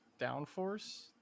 downforce